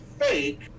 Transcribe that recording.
fake